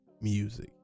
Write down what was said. music